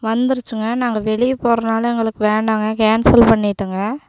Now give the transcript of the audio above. வந்துருச்சுங்க நாங்கள் வெளியே போகிறனால எங்களுக்கு வேணாம்க கேன்சல் பண்ணிட்டேங்க